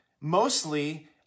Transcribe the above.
mostly